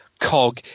cog